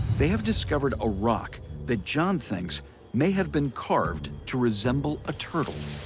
they have discovered a rock that john thinks may have been carved to resemble a turtle.